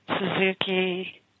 Suzuki